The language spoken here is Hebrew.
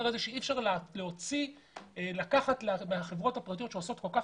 על זה שאי-אפשר לקחת מהחברות הפרטיות שעושות כל כך